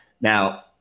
Now